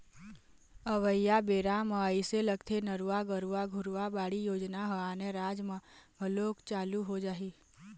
अवइया बेरा म अइसे लगथे नरूवा, गरूवा, घुरूवा, बाड़ी योजना ह आने राज म घलोक चालू हो जाही